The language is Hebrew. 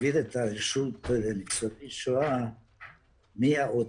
להעביר את רשות ניצולי השואה מהאוצר